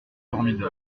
formidable